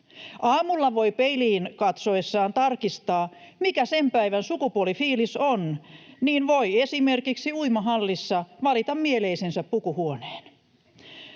Aamulla voi peiliin katsoessaan tarkistaa, mikä sen päivän sukupuolifiilis on, niin että voi esimerkiksi uimahallissa valita mieleisensä pukuhuoneen.